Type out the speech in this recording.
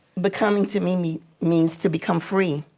becoming to me me means to become free.